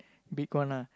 big one ah